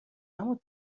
اما